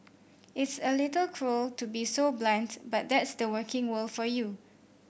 it's a little cruel to be so blunt but that's the working world for you